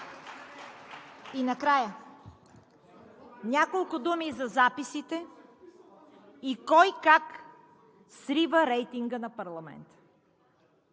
И накрая няколко думи за записите и кой, как срива рейтинга на парламента.